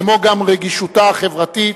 כמו גם רגישותה החברתית,